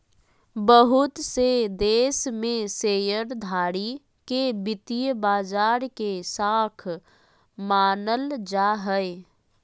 बहुत से देश में शेयरधारी के वित्तीय बाजार के शाख मानल जा हय